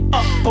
up